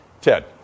Ted